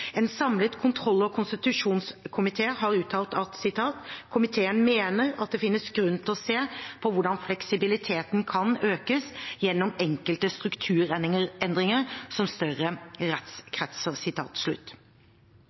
En samlet kontroll- og konstitusjonskomite har uttalt: «Komiteen mener at det finnes grunn til å se på hvordan fleksibiliteten kan økes gjennom enkelte strukturendringer som større